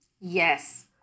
Yes